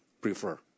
prefer